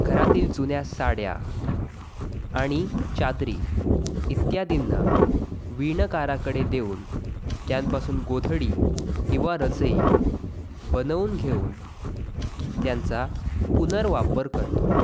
घरातील जुन्या साड्या आणि चादरी इत्यादींना विणकाराकडे देऊन त्यांपासून गोधडी किंवा रजई बनवून घेऊन त्यांचा पुनर्वापर करतो